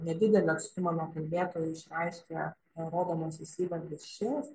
nedidelį atstumą nuo kalbėtojo išreiškia rodomasis įvardis šis